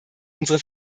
unsere